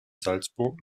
salzburg